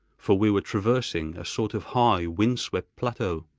for we were traversing a sort of high, wind-swept plateau.